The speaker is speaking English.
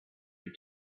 she